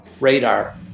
radar